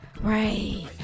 Right